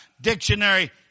dictionary